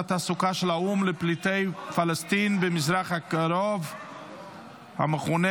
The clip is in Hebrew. והתעסוקה של האו"ם לפליטי פלסטין במזרח הקרוב (אונר"א),